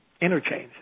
interchange